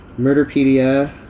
Murderpedia